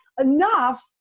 enough